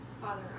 Father